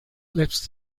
lips